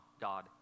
God